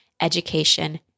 education